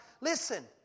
Listen